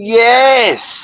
yes